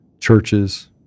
churches